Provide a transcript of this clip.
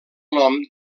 nom